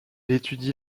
étudie